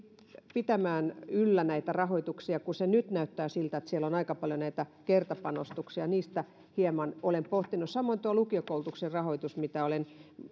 pitämään yllä näitä rahoituksia kun se nyt näyttää siltä että siellä on aika paljon näitä kertapanostuksia niitä hieman olen pohtinut samoin lukiokoulutuksen rahoitusta mitä olen